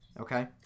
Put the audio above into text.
Okay